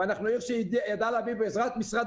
אנחנו עיר שידעה והצליחה בעזרת משרד